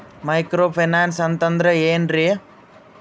Micro finance ಅಂತಂದ್ರ ಏನ್ರೀ?